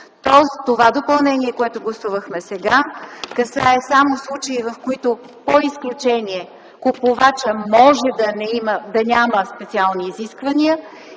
Тоест допълнението, което гласувахме сега, касае само случаи, в които по изключение купувачът може да няма специални изисквания